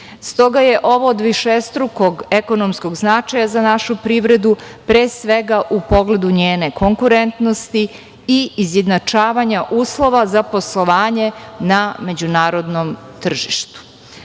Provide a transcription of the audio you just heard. Stoga je ovo od višestrukog ekonomskog značaja za našu privredu, pre svega u pogledu njene konkurentnosti i izjednačavanja uslova za poslovanje na međunarodnom